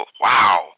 Wow